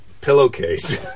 pillowcase